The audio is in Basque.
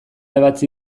ebatzi